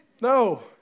no